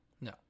no